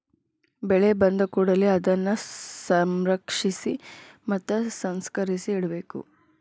ಬೆಳೆ ಬಂದಕೂಡಲೆ ಅದನ್ನಾ ಸಂರಕ್ಷಿಸಿ ಮತ್ತ ಸಂಸ್ಕರಿಸಿ ಇಡಬೇಕು